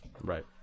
right